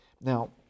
Now